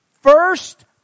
First